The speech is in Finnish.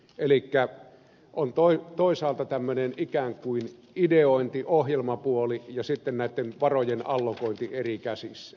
elikkä on toisaalta tämmöinen ikään kuin ideointi ohjelmapuoli ja sitten on näitten varojen allokointi eri käsissä